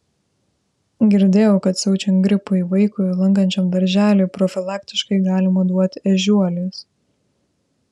girdėjau kad siaučiant gripui vaikui lankančiam darželį profilaktiškai galima duoti ežiuolės